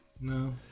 no